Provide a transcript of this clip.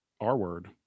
r-word